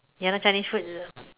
ya lah Chinese food